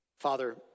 Father